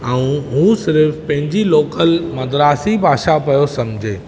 ऐं हूं सिर्फ़ु पंहिंजी लोकल मद्रासी भाषा पियो सम्झे